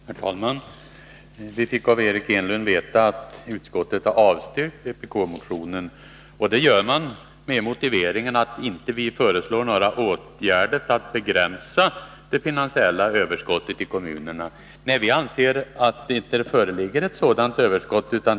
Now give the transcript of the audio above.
Herr talman! Vi fick av Eric Enlund veta att utskottet har avstyrkt vpk-motionen. Det har man gjort med motiveringen att vi inte föreslår några åtgärder för att begränsa det finansiella överskottet i kommunerna. Men vi anser att det inte föreligger något sådant överskott.